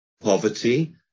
Poverty